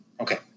Okay